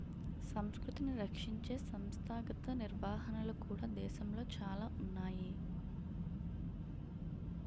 సంస్కృతిని రక్షించే సంస్థాగత నిర్వహణలు కూడా దేశంలో చాలా ఉన్నాయి